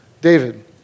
David